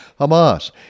Hamas